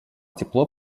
тепло